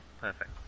perfect